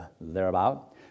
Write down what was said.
thereabout